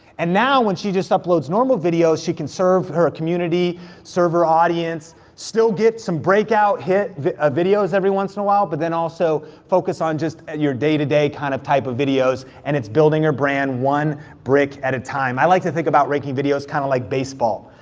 and now when she just uploads normal videos, she can serve her community serve her audience, still get some breakout hit ah videos every once in a while, but then also focus on just your day-to-day kind of type of videos and it's building her brand one brick at a time. i like to think about ranking videos kind of like baseball.